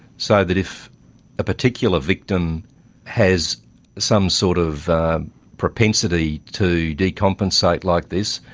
so that if a particular victim has some sort of propensity to decompensate like this,